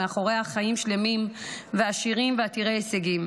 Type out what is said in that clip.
וכבר היו מאחוריה חיים שלמים ועשירים ועתירי הישגים.